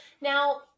Now